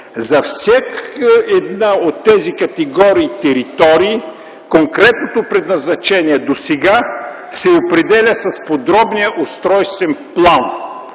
За всяка една от тези категории територии конкретното предназначение досега се определя с подробния устройствен план,